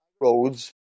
roads